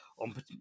on